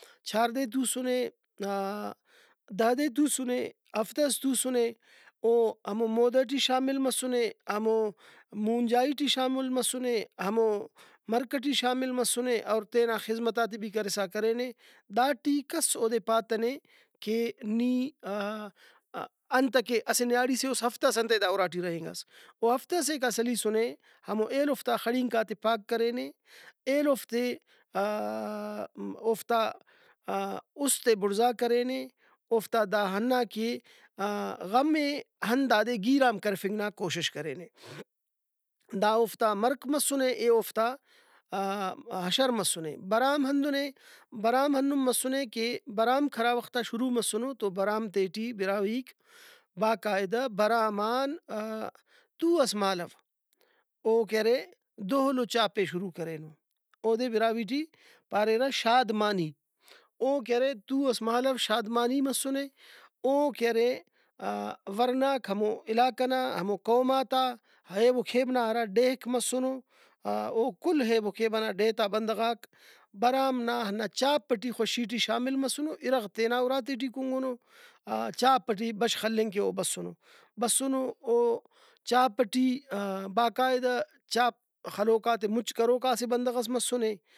چھار دے تُوسنے دہ دے تُوسنے ہفتہ ئس تُوسنے او ہمو مودہ ٹی شامل مسُنے ہمو مونجائی ٹی شامل مسُنے ہمو مرک ئٹی شامل مسنے اور تینا خذمتاتے بھی کرسا کرینے داٹی کس اودے پاتنے کہ نی انتکہ اسہ نیاڑی سے اُس ہفتہ ئس انتئے دا اُراٹی رہینگسہ او ہفتہ سے کا سلیسُنے ہمو ایلوفتا خڑینکاتے پاک کرینے ایلوفتے اوفتا اُستے بُڑزا کرینے اوفتا دا ہندا کہ غمے ہندادے گیرام کرفنگ نا کوشش کرینے۔ دا اوفتا مرک مسُنے اے اوفتا اشرمسُنے۔ برام ہندنے برام ہندن مسُنے کہ برامک ہرا وختا شروع مسُنو تو برامتے ٹی براہوئیک باقاعدہ برام آن تُو ئس مالو او کہ ارے دھول ؤ چاپے شروع کریرہ اودے براہوئی ٹی پارہ شادمانی اوکہ ارے تُو ئس مالو شادمانی مسُنے او کہ ارے ورناک ہمو علاقہ نا ہمو قوماتا ایب ؤ کھیب ئنا ہرا ڈیھک مسُنو او کُل ایب ؤ کھیب ئنا ڈیھ تا بندغاک برام نا ہندا چاپ ٹی خوشی ٹی شامل مسُنو اِرغ تینا اُراتے ٹی کُنگنو چاپ ٹی بشخ ہلنگ کہ او بسُنو بسُنو او چاپ ٹی باقاعدہ چاپ خلوکاتے مُچ کروکا اسہ بندغس مسُنے